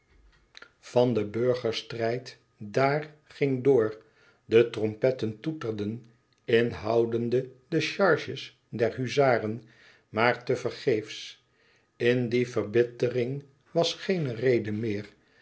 van den burgerstrijd daar ging door de trompetten toeterden inhoudende de charges der huzaren maar te vergeefs in die verbittering was geene rede meer